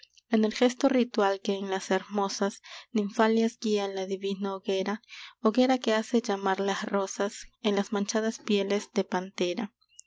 en el gesto ritual que en las hermosas ninfalias guía a la divina hoguera hoguera que hace llamear las rosas en las manchadas pieles de pantera